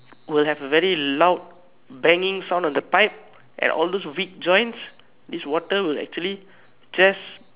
will have a really loud banging sound on the pipe and all those ripped joints this water will actually just